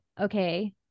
okay